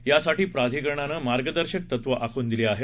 यासाठी प्राधिकरणानं मार्गदर्शक तत्व आखून दिली आहेत